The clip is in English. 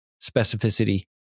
specificity